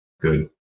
good